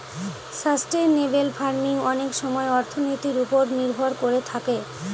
sustainable farming অনেক সময় অর্থনীতির ওপর নির্ভর করে থাকে